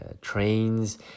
trains